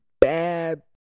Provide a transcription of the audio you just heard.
bad